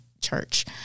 church